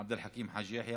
עבד אל חכים חאג' יחיא,